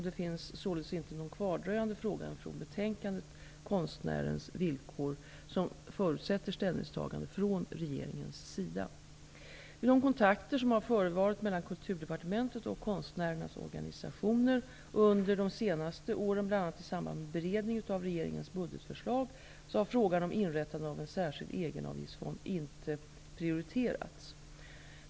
Det finns således inte någon kvardröjande fråga från betänkandet Konstnärens villkor, som förutsätter ställningstagande från regeringens sida. Vid de kontakter som har förevarit mellan Kulturdepartementet och konstnärernas organisationer under de senaste åren, bl.a. i samband med beredningen av regeringens budgetförslag, har frågan om inrättande av en särskild egenavgiftsfond inte prioriterats.